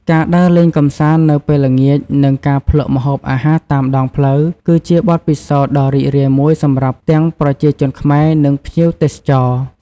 ការដើរលេងកម្សាន្តនៅពេលល្ងាច និងការភ្លក់ម្ហូបអាហារតាមដងផ្លូវ គឺជាបទពិសោធន៍ដ៏រីករាយមួយសម្រាប់ទាំងប្រជាជនខ្មែរ និងភ្ញៀវទេសចរណ៍ ។